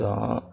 ਤਾਂ